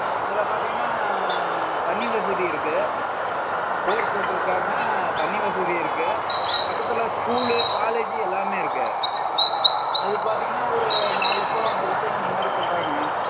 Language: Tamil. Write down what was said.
அதில் பார்த்தீங்கன்னா தண்ணி வசதி இருக்குது போர் போட்டிருக்காங்க தண்ணி வசதி இருக்குது பக்கத்தில் ஸ்கூலு காலேஜு எல்லாமே இருக்குது அது பார்த்தீங்கன்னா ஒரு நாலு லட்சம் அஞ்சு லட்சம் அந்த மாதிரி சொல்கிறாங்க